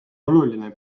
oluline